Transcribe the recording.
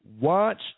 Watch